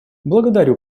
благодарю